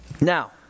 Now